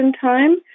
time